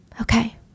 okay